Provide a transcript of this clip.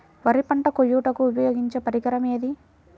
వరి పంట కోయుటకు ఉపయోగించే పరికరం ఏది?